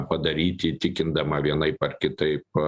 padaryti įtikindama vienaip ar kitaip